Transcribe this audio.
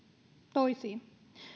toisiin